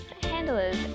handlers